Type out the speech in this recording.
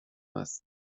است